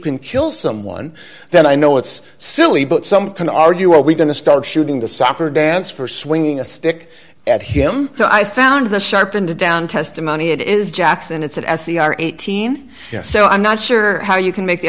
can kill someone then i know it's silly but some can argue are we going to start shooting the soccer dance for swinging a stick at him so i found the sharp end to down testimony it is jackson it's that as the are eighteen so i'm not sure how you can make the